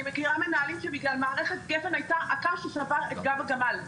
אני מכירה מנהלים שמערכת גפ"ן הייתה הקש ששבר את גב הגמל,